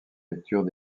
lectures